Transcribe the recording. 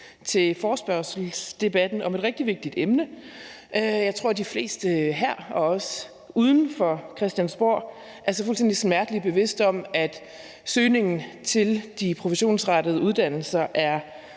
forespørgselsdebat om et rigtig vigtigt emne. Jeg tror, de fleste her og også uden for Christiansborg er sig fuldstændig smertelig bevidst om, at søgningen til de professionsrettede uddannelser er